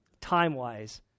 time-wise